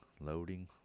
loading